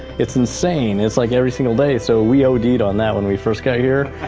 it's insane. it's like every single day. so we od'd on that when we first got here.